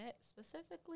specifically